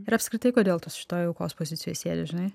ir apskritai kodėl tu šitoj aukos pozicijoj sėdi žinai